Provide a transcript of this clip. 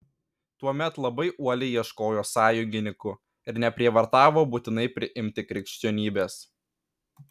tuomet labai uoliai ieškojo sąjungininkų ir neprievartavo būtinai priimti krikščionybės